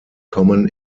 common